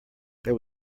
there